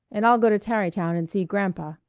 and i'll go to tarrytown and see grampa.